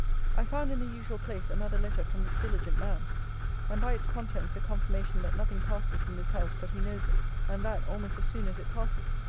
i found in the usual place another letter from this diligent man and, by its contents, a confirmation that nothing passes in this house but he knows it and that almost as soon as it passes.